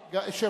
נתקבלה.